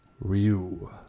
Ryu